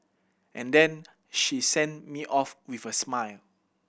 and then she sent me off with a smile